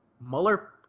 Mueller